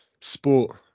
sport